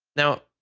now,